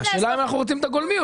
השאלה אם אנחנו רוצים את הגולמי.